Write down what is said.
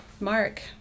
Mark